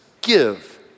give